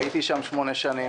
הייתי שם שמונה שנים,